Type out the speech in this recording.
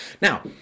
now